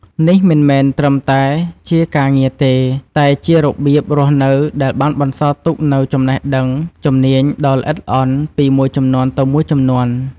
នេះមិនមែនត្រឹមតែជាការងារទេ តែជារបៀបរស់នៅដែលបានបន្សល់ទុកនូវចំណេះដឹងជំនាញដ៏ល្អិតល្អន់ពីមួយជំនាន់ទៅមួយជំនាន់។